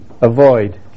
avoid